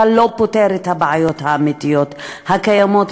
הוא לא פותר את הבעיות האמיתיות בענייני